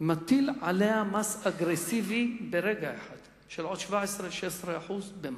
מטיל עליה מס אגרסיבי ברגע אחד של עוד 16% 17% במע"מ,